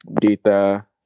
data